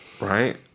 Right